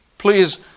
Please